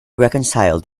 reconcile